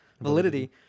Validity